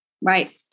Right